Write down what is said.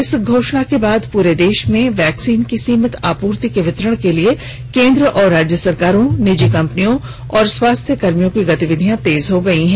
इस घोषणा के बाद पूरे देश में वैक्सीन की सीमित आपूर्ति के वितरण के लिए केन्द्र और राज्य सरकारों निजी कंपनियों और स्वास्थ्य कर्मियों की गतिविधियां तेज हो गई हैं